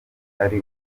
ari